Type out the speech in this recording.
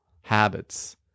habits